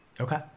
okay